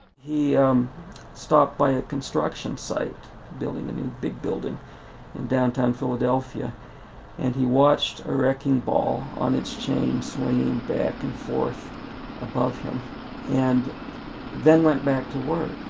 he um stopped by a construction site building a new big building in downtown philadelphia and he watched a wrecking ball on its chain swinging back and forth above him and then went back to work.